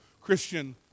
Christian